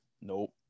Nope